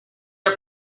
our